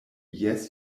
jes